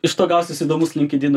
iš to gausis įdomus linkedino